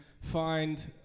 find